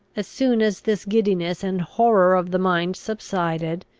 as soon as this giddiness and horror of the mind subsided,